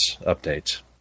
updates